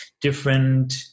different